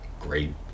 great